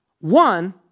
One